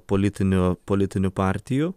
politinių politinių partijų